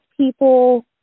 people